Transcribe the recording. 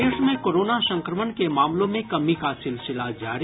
प्रदेश में कोरोना संक्रमण के मामलों में कमी का सिलसिला जारी